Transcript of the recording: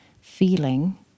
feeling